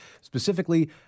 specifically